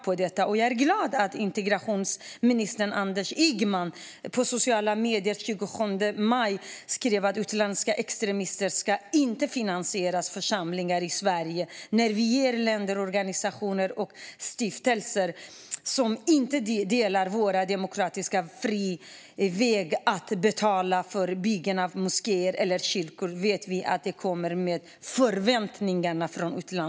Jag är dock glad över att integrationsminister Anders Ygeman den 27 maj skrev på sociala medier att utländska extremister inte ska finansiera församlingar i Sverige och att när vi ger länder, organisationer och stiftelser som inte delar våra demokratiska värderingar fri väg att betala för byggen av moskéer eller kyrkor vet vi att det kommer med förväntningar.